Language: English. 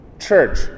Church